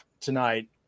tonight